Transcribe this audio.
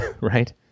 right